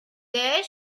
there